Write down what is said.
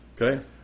okay